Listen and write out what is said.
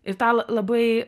ir tą l labai